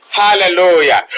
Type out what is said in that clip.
hallelujah